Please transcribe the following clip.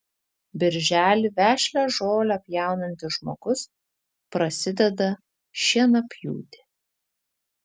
birželį vešlią žolę pjaunantis žmogus prasideda šienapjūtė